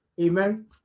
Amen